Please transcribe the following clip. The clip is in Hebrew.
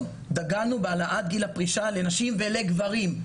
דגלנו בהעלאת גיל הפרישה לנשים ולגברים.